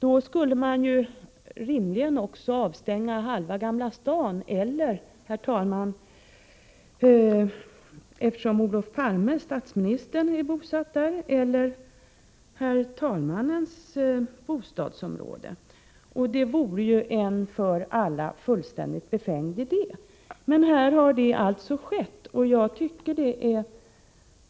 Då skulle man ju rimligen också avstänga halva Gamla stan, eftersom statsminister Olof Palme är bosatt där, eller herr talmannens bostadsområde — och det vore ju en för alla fullständigt befängd idé. Här har det alltså skett en avstängning.